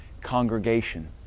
congregation